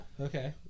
Okay